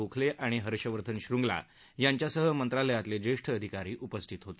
गोखले आणि हर्षवर्धन श्रृंगला यांच्यासह मंत्रालयातील ज्येष्ठ अधिकारी उपस्थित होते